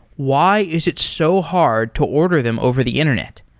why is it so hard to order them over the internet?